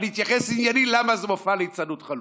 ואני אתייחס עניינית ללמה זה מופע ליצנות חלול.